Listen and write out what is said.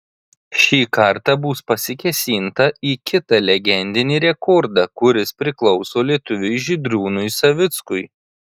šį kartą bus pasikėsinta į kitą legendinį rekordą kuris priklauso lietuviui žydrūnui savickui